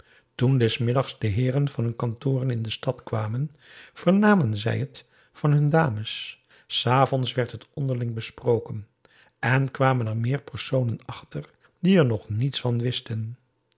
toen des middags de heeren van hun kantoren in de stad kwamen vernamen zij het van hun dames s avonds werd het onderling besproken en kwamen er meêr personen achter die er nog niets van wisten